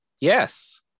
Yes